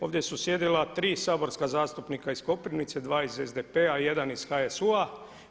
Ovdje su sjedila tri saborska zastupnika iz Koprivnice, dva iz SDP-a i 1 iz HSU-a.